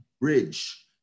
bridge